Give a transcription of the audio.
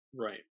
Right